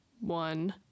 one